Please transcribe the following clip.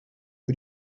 who